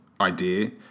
idea